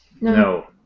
No